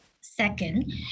Second